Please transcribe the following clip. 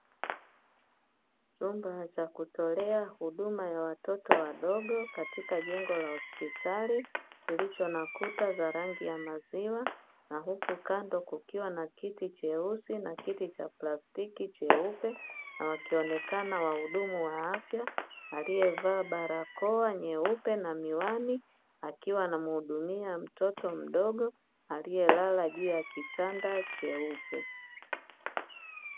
Chumba cha kutolea huduma ya watoto wadogo katika jengo la hospitali, kilicho na kuta za rangi ya maziwa na huku kando kukiwa na kiti cheusi na kiti cha plastiki cheupe na wakionekana wahudumu wa afya, alievaa barakoa nyeupe na miwani akiwa anamuhudumia mtoto mgogo alielala juu ya kitanda cheupe.